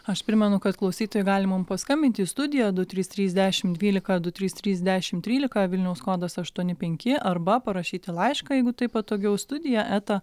aš primenu kad klausytojai gali mum paskambinti į studiją du trys trys dešim dvylika du trys trys dešim trylika vilniaus kodas aštuoni penki arba parašyti laišką jeigu taip patogiau studija eta